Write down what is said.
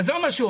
לא חשוב.